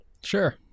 Sure